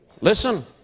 Listen